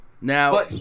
Now